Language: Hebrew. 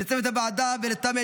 לצוות הוועדה ולתמי,